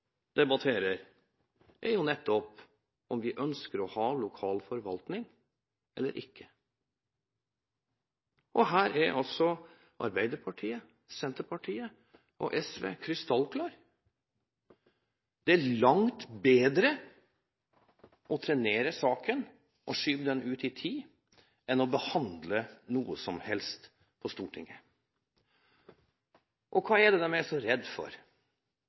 er jo om vi ønsker å ha en lokal forvaltning eller ikke. Her er altså Arbeiderpartiet, Senterpartiet og SV krystallklar: Det er langt bedre å trenere saken og skyve den ut i tid enn å behandle noe som helst på Stortinget. Hva er det de er så redde for?